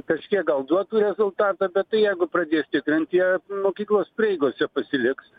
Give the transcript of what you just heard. kažkiek gal duotų rezultatą bet tai jeigu pradės tikrint jie mokyklos prieigose pasiliks